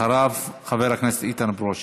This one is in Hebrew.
אחריו, חבר הכנסת איתן ברושי.